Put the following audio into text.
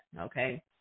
okay